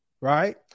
right